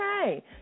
okay